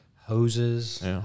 hoses